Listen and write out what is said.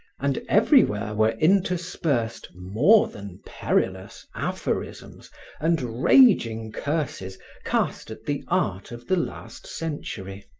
and everywhere were interspersed more than perilous aphorisms and raging curses cast at the art of the last century.